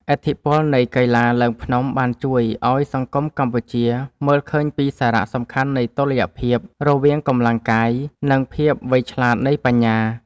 ឥទ្ធិពលនៃកីឡាឡើងភ្នំបានជួយឱ្យសង្គមកម្ពុជាមើលឃើញពីសារៈសំខាន់នៃតុល្យភាពរវាងកម្លាំងកាយ និងភាពវៃឆ្លាតនៃបញ្ញា។